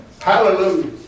Hallelujah